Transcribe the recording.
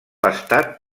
estat